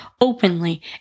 openly